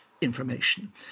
information